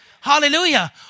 Hallelujah